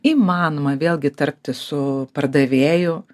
įmanoma vėlgi tartis su pardavėju